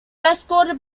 escorted